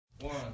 One